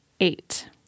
eight